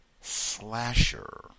Slasher